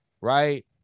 right